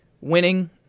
winning